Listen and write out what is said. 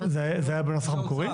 זה היה בנוסח המקורי?